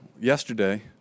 yesterday